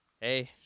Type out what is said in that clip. hey